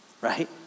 right